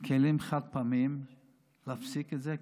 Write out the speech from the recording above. כלים חד-פעמיים להפסיק את זה,